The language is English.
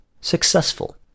Successful